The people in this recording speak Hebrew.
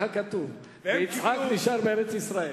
ויצחק נשאר בארץ-ישראל.